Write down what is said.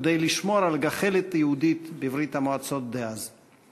כדי לשמור על גחלת יהודית בברית-המועצות דאז.